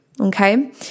Okay